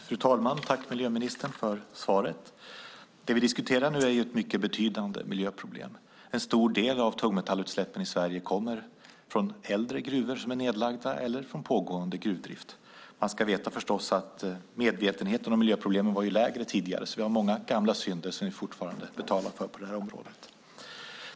Fru talman! Tack, miljöministern, för svaret! Det vi diskuterar nu är ett mycket betydande miljöproblem. En stor del av tungmetallutsläppen i Sverige kommer från äldre nedlagda gruvor eller från pågående gruvdrift. Man ska förstås veta att medvetenheten om miljöproblemen var lägre tidigare, och därför har vi många gamla synder som vi fortfarande betalar för på området.